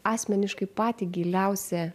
asmeniškai patį giliausią